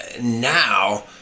now